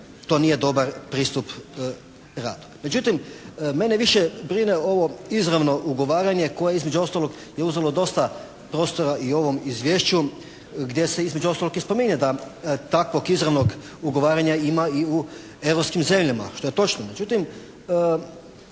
to nije dobar pristup radu. Međutim mene više brine ovo izravno ugovaranje koje između ostalog je uzelo dosta prostora i u ovom izvješću gdje se između ostalog i spominje da takvog izravnog ugovaranja ima i u europskim zemljama, što je točno.